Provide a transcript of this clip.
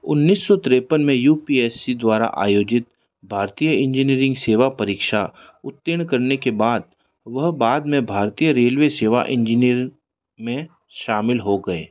उन्नीस सौ तिरेपन में यू पी एस सी द्वारा आयोजित भारतीय इंजीनियरिंग सेवा परीक्षा उत्तीर्ण करने के बाद वह बाद में भारतीय रेलवे सेवा इंजीनियर में शामिल हो गए